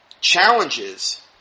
challenges